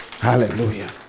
Hallelujah